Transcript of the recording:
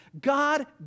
God